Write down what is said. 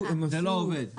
זה לא עובד.